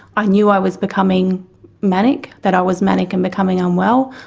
i knew i was becoming manic, that i was manic and becoming unwell.